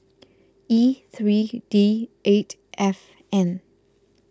E three D eight F N